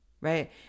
right